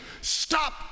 Stop